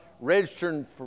Registering